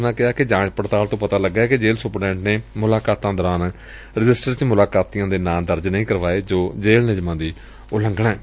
ਉਂਨੂਾਂ ਕਿਹਾ ਕਿ ਜਾਂਚ ਪੜਤਾਲ ਤੋਂ ਪਤਾ ਲੱਗੈ ਕਿ ਜੇਲੂ ਸੁਪਰਡੈਟ ਨੇ ਮੁਲਾਕਾਤਾ ਦੌਰਾਨ ਰਜਿਸਟਰ ਚ ਮੁਲਾਕਾਤੀਆਂ ਦੇ ਨਾਂ ਦਰਜ ਨਹੀ ਕਰਵਾਏ ਜੋ ਜੇਲ੍ ਨਿਯਮਾਂ ਦੀ ਉਲੰਘਣਾ ਏ